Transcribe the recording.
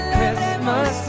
Christmas